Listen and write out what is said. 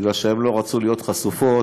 מפני שהן לא רצו להיות חשופות